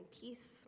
peace